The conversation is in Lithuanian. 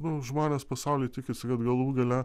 nu žmonės pasaulyje tikisi kad galų gale